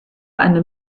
eine